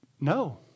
no